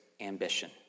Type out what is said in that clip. ambition